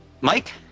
Mike